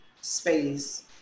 space